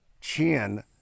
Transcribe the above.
chin